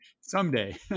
Someday